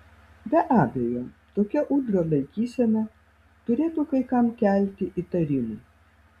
be abejo tokia udrio laikysena turėtų kai kam kelti įtarimų